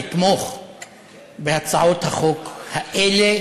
לתמוך בהצעות החוק האלה,